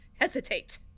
hesitate